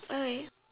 okay